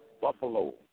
buffalo